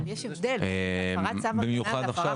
במיוחד עכשיו,